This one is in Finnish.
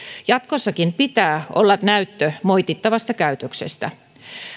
jatkossakin pitää olla näyttö moitittavasta käytöksestä